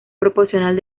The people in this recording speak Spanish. proporcional